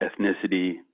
ethnicity